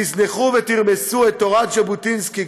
תזנחו ותרמסו את תורת ז'בוטינסקי,